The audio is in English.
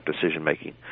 decision-making